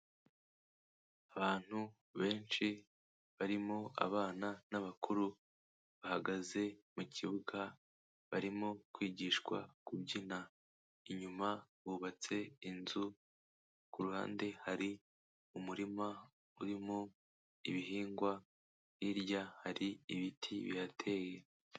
Abantu benshi barimo abana n'abakuru, bahagaze mu kibuga barimo kwigishwa kubyina, inyuma hubatse inzu ku ruhande hari umurima urimo ibihingwa, hirya hari ibiti bihateye.